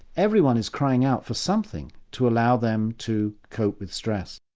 everyone is crying out for something to allow them to cope with stress.